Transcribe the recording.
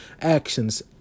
actions